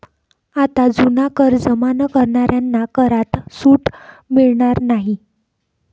आता जुना कर जमा न करणाऱ्यांना करात सूट मिळणार नाही